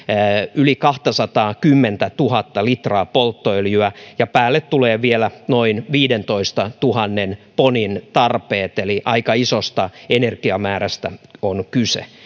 yli kahtasataakymmentätuhatta litraa polttoöljyä ja päälle tulee vielä noin viidentoistatuhannen ponin tarpeet eli aika isosta energiamäärästä on kyse